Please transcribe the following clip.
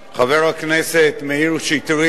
חבר הכנסת מאיר שטרית,